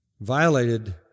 violated